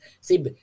See